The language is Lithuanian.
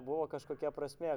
buvo kažkokia prasmė